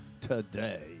today